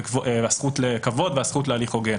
הזכות לכבוד והזכות להליך הוגן.